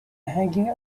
hanging